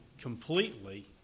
completely